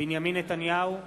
נא לשמור על השקט.